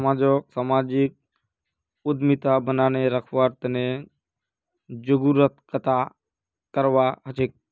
समाजक सामाजिक उद्यमिता बनाए रखवार तने जागरूकता करवा हछेक